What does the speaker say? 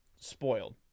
spoiled